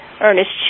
Ernest